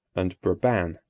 and brabant.